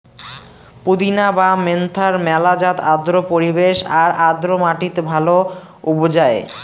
পুদিনা বা মেন্থার মেলা জাত আর্দ্র পরিবেশ আর আর্দ্র মাটিত ভালে উবজায়